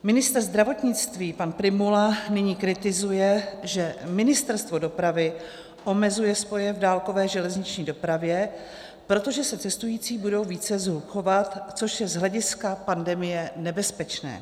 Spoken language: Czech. Ministr zdravotnictví pan Prymula nyní kritizuje, že Ministerstvo dopravy omezuje spoje v dálkové železniční dopravě, protože se cestující budou více shlukovat, což je z hlediska pandemie nebezpečné.